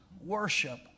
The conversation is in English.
worship